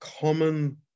common